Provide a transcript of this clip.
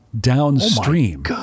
downstream